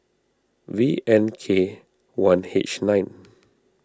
V N K one H nine